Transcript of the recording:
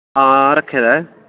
हां रक्खे दा ऐ